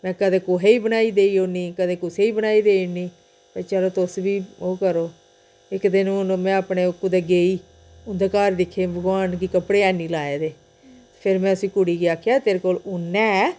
में कदें कुहै गी बनाई देई ओड़नी कदें कुसै गी बनाई देई ओड़नी भई चलो तुस बी ओह् करो इक दिन हून में अपने कुदै गेई उंदे घर दिक्खे भगवान गी कपड़े हैनी लाए दे ते फेर में उस कुड़ी गी आखेआ तेरे कोल ऊन्न ऐ